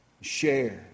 share